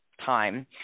time